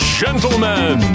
gentlemen